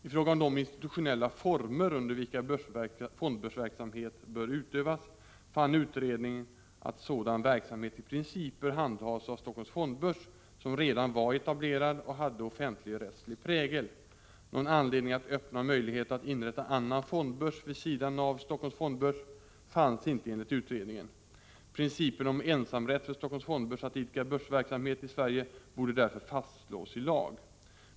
I fråga om de institutionella former under vilka fondbörsverksamhet bör utövas fann utredningen att sådan verksamhet i princip bör handhas av Helsingforss fondbörs, som redan var etablerad och hade offentligrättslig prägel. Någon anledning att öppna möjlighet att inrätta annan fondbörs vid sidan av Helsingforss fondbörs fanns inte enligt utredningen. Principen om ensamrätt för Helsingforss fondbörs att idka börsverksamhet i Sverige borde därför fastslås i lag.